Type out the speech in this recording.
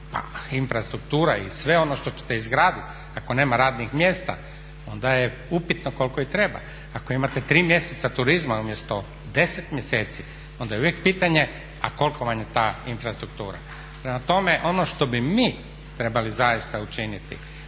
pa infrastruktura i sve ono što ćete izgraditi ako nema radnih mjesta onda je upitno koliko i treba. Ako imate 3 mjeseca turizma umjesto 10 mjeseci onda je uvijek pitanje a koliko vam je ta infrastruktura. Prema tome, ono što bi mi trebali zaista učiniti,